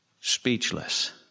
speechless